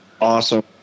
awesome